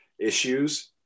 issues